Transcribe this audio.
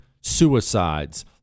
suicides